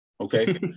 Okay